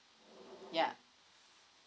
ya